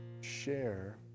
share